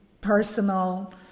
personal